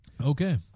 Okay